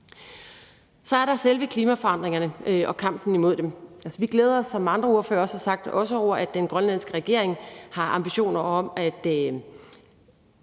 Så er der selve klimaforandringerne og kampen imod dem. Vi glæder os også, som andre ordførere også har sagt, over, at den grønlandske regering har ambitioner om at